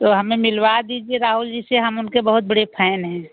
तो हमें मिलवा दीजिए राहुल जी से हम उनके बहुत बड़े फैन हैं